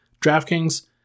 DraftKings